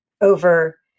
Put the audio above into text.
over-